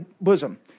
bosom